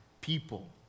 people